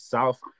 South